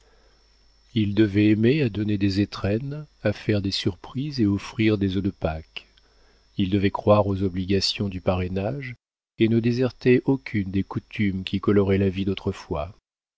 il devait aimer à donner des étrennes à faire des surprises et offrir des œufs de pâques il devait croire aux obligations du parrainage et ne déserter aucune des coutumes qui coloraient la vie d'autrefois